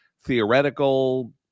theoretical